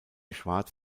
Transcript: schwarz